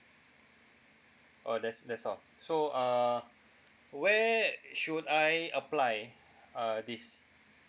oh that's that's all so uh where should I apply uh this